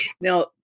Now